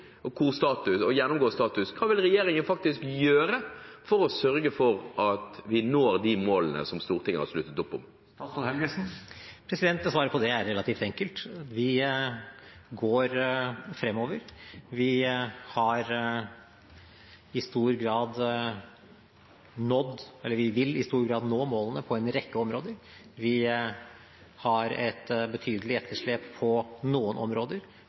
å gjennomgå status? Hva vil regjeringen faktisk gjøre for å sørge for at vi når de målene som Stortinget har sluttet opp om? Svaret på det er relativt enkelt: Vi går fremover. Vi vil i stor grad nå målene på en rekke områder. Vi har et betydelig etterslep på noen områder,